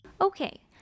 Okay